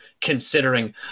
considering